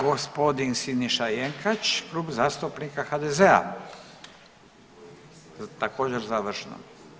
Gospodin Siniša Jenkač, Klub zastupnika HDZ-a također završno.